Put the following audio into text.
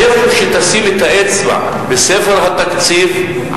איפה שתשים את האצבע בספר התקציב,